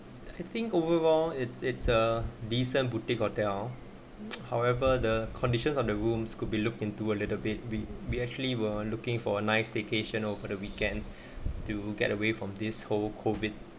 I think overall it's it's a decent boutique hotel however the conditions of the rooms could be looked into a little bit we be actually we're looking for a nice vacation over the weekend to get away from this whole COVID